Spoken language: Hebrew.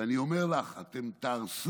ואני אומר לך, אתם תהרסו